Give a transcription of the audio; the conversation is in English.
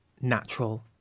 natural